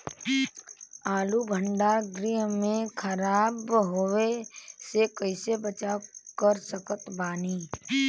आलू भंडार गृह में खराब होवे से कइसे बचाव कर सकत बानी?